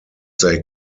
they